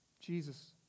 Jesus